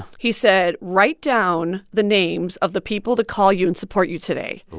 he said, write down the names of the people that call you and support you today.